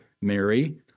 Mary